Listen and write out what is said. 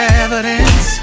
evidence